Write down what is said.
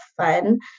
fun